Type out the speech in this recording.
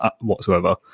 whatsoever